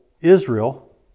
Israel